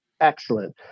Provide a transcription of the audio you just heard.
excellent